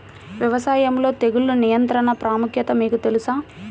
వ్యవసాయంలో తెగుళ్ల నియంత్రణ ప్రాముఖ్యత మీకు తెలుసా?